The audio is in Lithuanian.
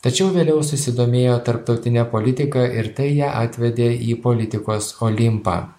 tačiau vėliau susidomėjo tarptautine politika ir tai ją atvedė į politikos olimpą